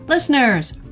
Listeners